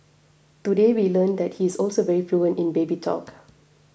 today we learned that he is also very fluent in baby talk